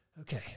okay